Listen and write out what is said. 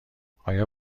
آیا